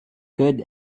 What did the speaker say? good